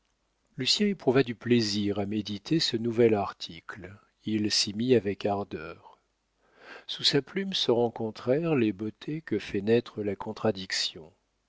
lucien éprouva du plaisir à méditer ce nouvel article il s'y mit avec ardeur sous sa plume se rencontrèrent les beautés que fait naître la contradiction